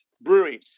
Brewery